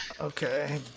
Okay